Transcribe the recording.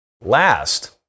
Last